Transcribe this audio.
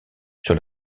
sur